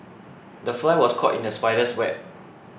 the fly was caught in the spider's web